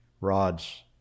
rods